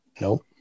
Nope